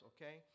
Okay